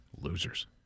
Losers